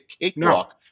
cakewalk